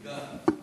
גן.